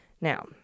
Now